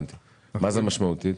מה זה "משמעותי"?